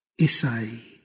Isai